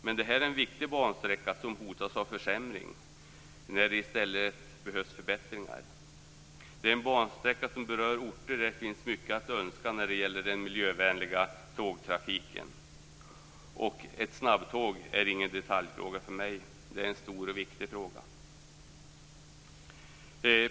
Men det här är en viktig bansträcka som hotas av försämringar, när det i stället behövs förbättringar. Det är en bansträcka som berör orter där det finns mycket att önska när det gäller den miljövänliga tågtrafiken, och ett snabbtåg är ingen detaljfråga för mig. Det är en stor och viktig fråga.